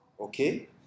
Okay